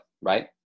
right